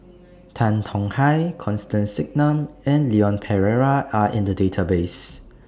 Tan Tong Hye Constance Singam and Leon Perera Are in The Database